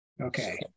Okay